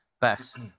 best